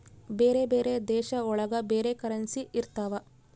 ಬೇರೆ ಬೇರೆ ದೇಶ ಒಳಗ ಬೇರೆ ಕರೆನ್ಸಿ ಇರ್ತವ